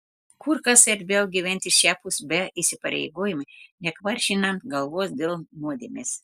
kur kas erdviau gyventi šiapus be įsipareigojimų nekvaršinant galvos dėl nuodėmės